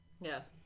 Yes